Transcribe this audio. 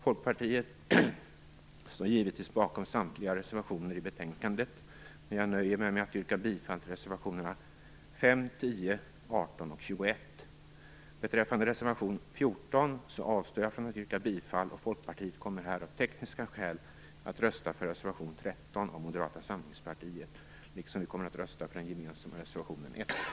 Folkpartiet står givetvis bakom samtliga sina reservationer i betänkandet, men jag nöjer mig med att yrka bifall till reservationerna 5, 10, 18 och 21. Beträffande reservation 14 avstår jag från att yrka bifall - Folkpartiet kommer här av tekniska skäl att rösta för reservation 13 av Moderata samlingspartiet, liksom vi kommer att rösta för den gemensamma reservationen 1.